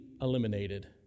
eliminated